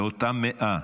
באותה מאה,